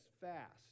fast